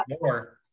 more